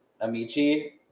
Amici